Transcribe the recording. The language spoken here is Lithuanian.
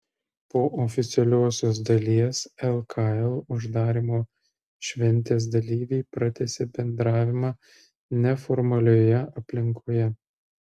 po oficialiosios dalies lkl uždarymo šventės dalyviai pratęsė bendravimą neformalioje aplinkoje